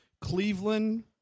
Cleveland